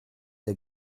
der